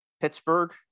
Pittsburgh